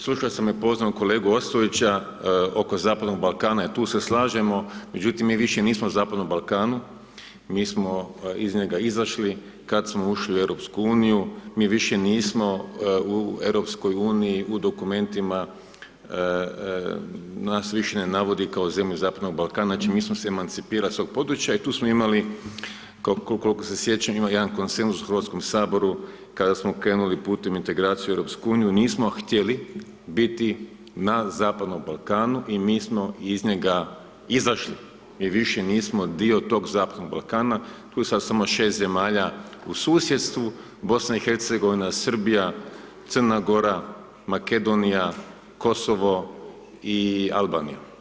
Slušao i upoznao kolegu Ostojića oko zapadnog Balkana, i tu se slažemo, međutim mi više nismo na zapadnom Balkanu, mi smo iz njega izašli kad smo ušli u EU, mi više nismo u EU-u u dokumentima, nas više ne navodi kao zemlju zapadnog Balkana, znači mi smo se emancipirali sa područja i tu smo imali koliko sjećam, imali jedan konsenzus u Hrvatskom saboru kada smo krenuli putem integracija u EU, nismo htjeli biti na zapadnom Balkanu i mi smo iz njega izašli, mi više nismo dio tog zapadnog Balkana, tu je sad samo 6 zemalja u susjedstvu, BiH, Srbija, Crna Gora, Makedonija, Kosovo i Albanija.